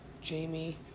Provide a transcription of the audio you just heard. Jamie